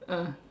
ah